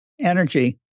energy